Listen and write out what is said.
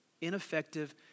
Ineffective